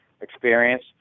experience